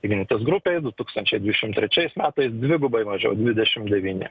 ignitis grupėj du tūkstančiai dvidešim trečiais metais dvigubai mažiau dvidešim devyni